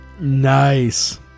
Nice